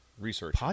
research